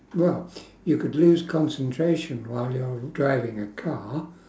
well you could lose concentration while you're driving a car